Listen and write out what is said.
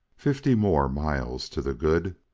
fifty more miles to the good,